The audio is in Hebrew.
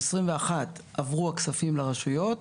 ב-2021 עברו הכספים לרשויות,